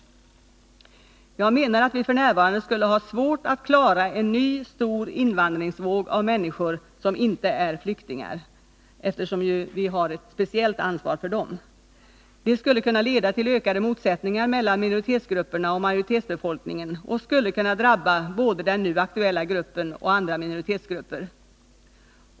Jag menar att vi f. n. skulle ha svårt att klara av en ny stor invandringsvåg av människor som inte är flyktingar, eftersom vi ju har ett speciellt ansvar för dem. Det skulle kunna leda till ökade motsättningar mellan minoritetsgrupperna och majoritetsbefolkningen och skulle kunna drabba både den nu aktuella gruppen och andra minoritetsgrupper.